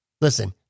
Listen